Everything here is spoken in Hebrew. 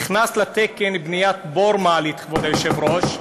נכנסה לתקן בניית בור מעלית, כבוד היושב-ראש,